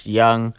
young